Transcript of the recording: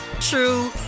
true